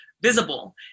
visible